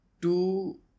two